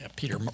Peter